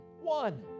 one